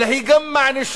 אלא היא גם מענישה,